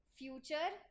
future